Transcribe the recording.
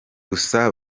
gusa